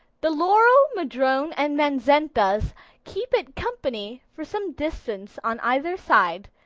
the laurel, madrone, and manzanitas keep it company for some distance on either side,